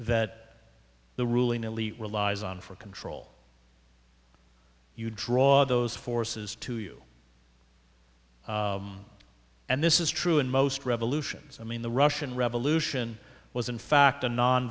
that the ruling elite relies on for control you draw those forces to you and this is true in most revolutions i mean the russian revolution was in fact